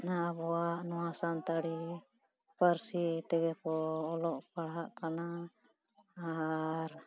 ᱱᱟ ᱟᱵᱚᱣᱟᱜ ᱥᱟᱱᱛᱟᱲᱤ ᱯᱟᱹᱨᱥᱤ ᱛᱮᱜᱮ ᱠᱚ ᱚᱞᱚᱜ ᱯᱟᱲᱦᱟᱜ ᱠᱟᱱᱟ ᱟᱨ